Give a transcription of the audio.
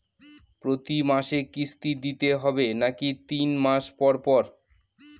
প্রতিমাসে কিস্তি দিতে হবে নাকি তিন মাস পর পর?